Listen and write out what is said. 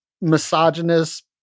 misogynist